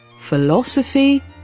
philosophy